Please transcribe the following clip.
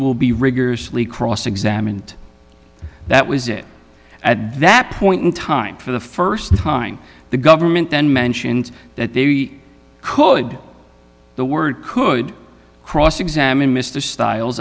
will be rigorously cross examined that was it at that point in time for the st time the government then mentioned that they could the word could cross examine mr stiles